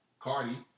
Cardi